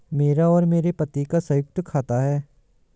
मेरा और मेरे पति का संयुक्त खाता है